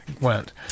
went